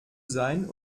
sein